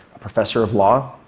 a professor of law